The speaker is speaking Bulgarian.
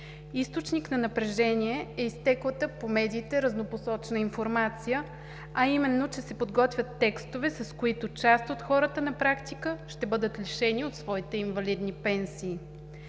Източник на напрежение е изтеклата по медиите разнопосочна информация, а именно, че се подготвят текстове, с които част от хората на практика ще бъдат лишени от своите инвалидни пенсии.